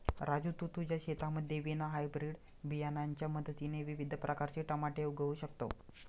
राजू तू तुझ्या शेतामध्ये विना हायब्रीड बियाणांच्या मदतीने विविध प्रकारचे टमाटे उगवू शकतो